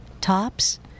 tops